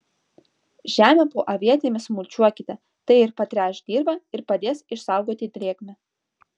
žemę po avietėmis mulčiuokite tai ir patręš dirvą ir padės išsaugoti drėgmę